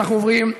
אנחנו עוברים,